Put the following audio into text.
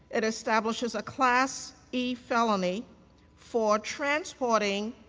it establishing a class e felony for transporting